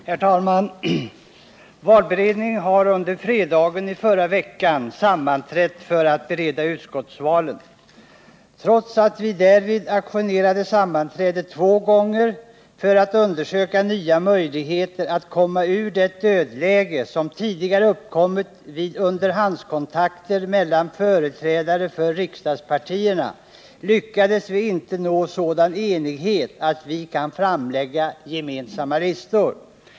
Herr talman! Valberedningen har under fredagen i förra veckan sammanträtt för att bereda utskottsvalen. Trots att vi därvid ajournerade sammanträdet två gånger för att undersöka nya möjligheter att komma ur det dödläge som tidigare uppkommit vid underhandskontakter mellan företrädare för riksdagspartierna, lyckades vi inte nå sådan enighet att vi kan framlägga gemensamma listor.